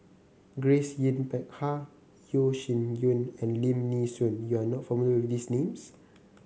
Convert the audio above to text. Grace Yin Peck Ha Yeo Shih Yun and Lim Nee Soon you are not familiar with these names